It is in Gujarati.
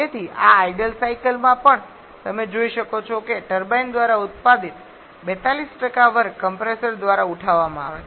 તેથી આ આઇડલ સાયકલમાં પણ તમે જોઈ શકો છો કે ટર્બાઇન દ્વારા ઉત્પાદિત 42 વર્ક કમ્પ્રેસર દ્વારા ઉઠાવવામાં આવે છે